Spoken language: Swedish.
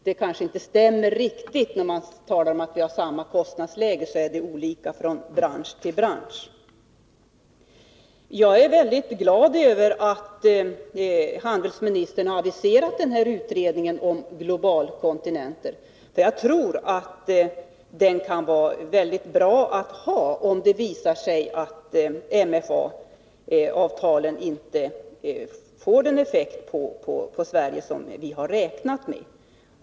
Det kanske alltså inte stämmer riktigt. När man talar om samma kostnadsläge totalt sett vill jag påpeka att det är olika från bransch till bransch. Jag är mycket glad över att handelsministern har aviserat en utredning om ett globalkontingentsystem. Jag tror nämligen att den kan vara mycket bra att ha om det visar sig att MFA-avtalen inte får den effekt för Sverige som vi har räknat med.